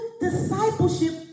discipleship